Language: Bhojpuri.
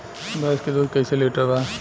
भैंस के दूध कईसे लीटर बा?